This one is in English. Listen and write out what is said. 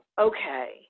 Okay